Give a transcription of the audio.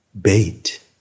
Bait